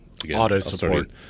Auto-support